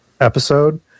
episode